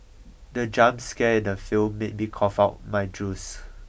the jump scare in the film made me cough out my juice